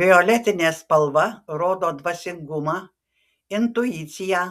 violetinė spalva rodo dvasingumą intuiciją